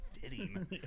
fitting